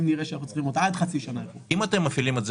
אם נראה שאנחנו צריכים אותה.